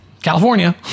California